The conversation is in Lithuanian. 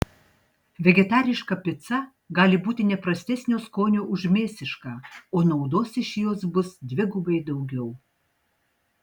vegetariška pica gali būti ne prastesnio skonio už mėsišką o naudos iš jos bus dvigubai daugiau